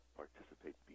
participate